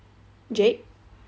jake